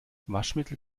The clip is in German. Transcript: waschmittel